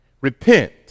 Repent